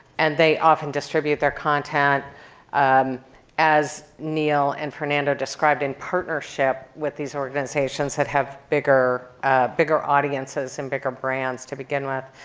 and they often distribute their content as neil and fernando described in partnership with these organizations that have bigger bigger audiences and bigger brands to begin with.